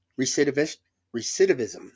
recidivism